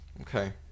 okay